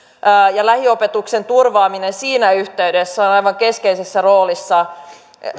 ja lähiopetuksen turvaaminen siinä yhteydessä on on aivan keskeisessä roolissa